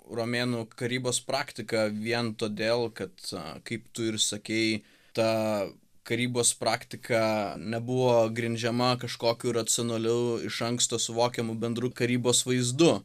romėnų karybos praktiką vien todėl kad kaip tu ir sakei ta karybos praktika nebuvo grindžiama kažkokiu racionaliu iš anksto suvokiamu bendru karybos vaizdu